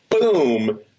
boom